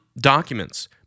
documents